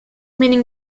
meaning